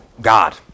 God